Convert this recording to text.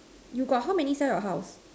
you got how many sell your house